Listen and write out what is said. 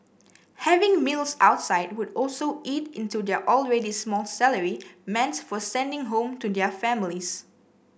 having meals outside would also eat into their already small salary meant for sending home to their families